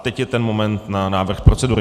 Teď je ten moment na návrh procedury.